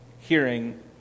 hearing